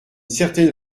certaine